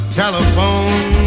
telephone